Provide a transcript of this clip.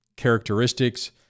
characteristics